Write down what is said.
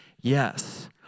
Yes